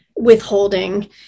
Withholding